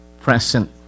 present